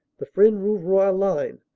the fresnes-rouv roy line,